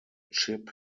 chip